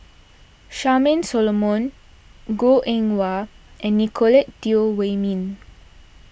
Charmaine Solomon Goh Eng Wah and Nicolette Teo Wei Min